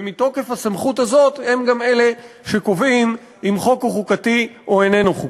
ומתוקף הסמכות הזאת הם שקובעים אם חוק הוא חוקתי או איננו חוקתי.